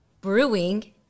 brewing